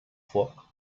foc